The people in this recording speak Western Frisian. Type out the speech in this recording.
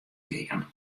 gean